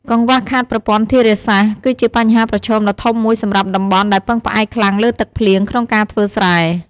កង្វះខាតប្រព័ន្ធធារាសាស្ត្រ គឺជាបញ្ហាប្រឈមដ៏ធំមួយសម្រាប់តំបន់ដែលពឹងផ្អែកខ្លាំងលើទឹកភ្លៀងក្នុងការធ្វើស្រែ។